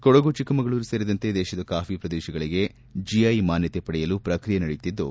ಕೊಡಗು ಚಿಕ್ಕಮಗಳೂರು ಸೇರಿದಂತೆ ದೇಶದ ಕಾಫಿ ಪ್ರದೇಶಗಳಿಗೆ ಜಿಐ ಮಾನ್ಗತೆ ಪಡೆಯಲು ಪ್ರಕ್ರಿಯೆ ನಡೆಯುತ್ತಿದ್ದು